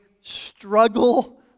struggle